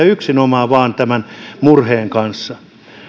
yksinomaan markkinoita tämän murheen kanssa